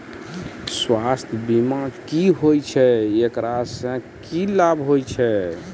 स्वास्थ्य बीमा की होय छै, एकरा से की लाभ छै?